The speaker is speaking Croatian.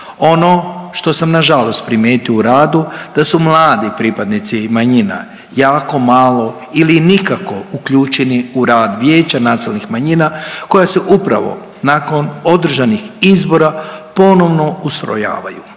Ono što sam na žalost primijetio u radu da su mladi pripadnici manjina jako malo ili nikako uključeni u rad Vijeća nacionalnih manjina koja se upravo nakon održanih izbora ponovno ustrojavaju.